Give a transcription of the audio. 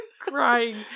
crying